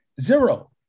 zero